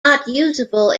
usable